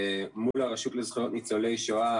מול הרשות לזכויות ניצולי שואה